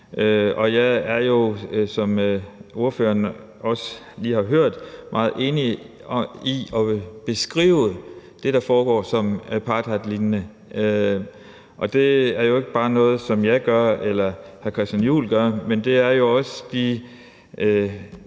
Jeg er jo, som ordføreren også lige har hørt, meget enig med hensyn til at beskrive det, der foregår, som apartheidlignende. Og det er jo ikke bare noget, som jeg gør, eller som hr. Christian Juhl gør, men også